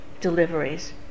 deliveries